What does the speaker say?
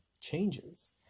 changes